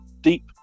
deep